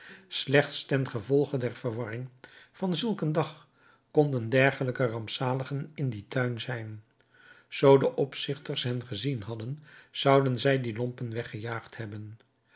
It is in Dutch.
slechts ten gevolge der verwarring van zulk een dag konden dergelijke rampzaligen in dien tuin zijn zoo de opzichters hen gezien hadden zouden zij die lompen weggejaagd hebben